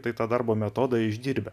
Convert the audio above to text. tai darbo metodą išdirbę